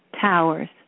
towers